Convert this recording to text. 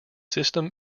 system